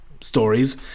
stories